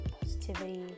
positivity